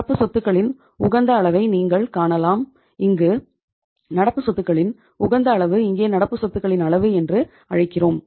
நடப்பு சொத்துகளின் உகந்த அளவை நீங்கள் காணலாம் இங்கு நடப்பு சொத்துகளின் உகந்த அளவு இங்கே நடப்பு சொத்துகளின் அளவு என்று அழைக்கிறோம்